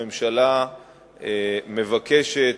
הממשלה מבקשת,